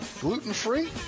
Gluten-free